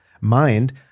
mind